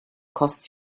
costs